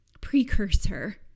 precursor